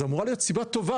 זו אמורה להיות סיבה טובה,